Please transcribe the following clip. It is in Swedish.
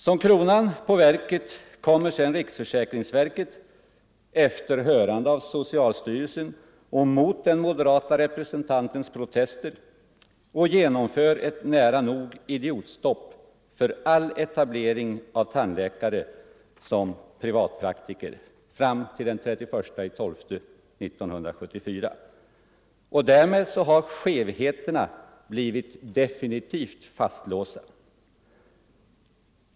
Som kronan på verket genomför sedan riksförsäkringsverket, efter hörande av socialstyrelsen och mot den moderata representantens protester, nära nog ett idiotstopp för all etablering av tandläkare som privatpraktiker fram till den 31 december 1974. Därmed har skevheterna blivit definitivt fastlåsta.